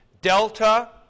Delta